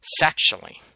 sexually